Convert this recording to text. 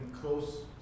close